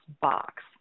Box